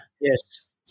Yes